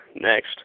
Next